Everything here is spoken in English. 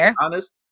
honest